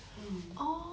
mm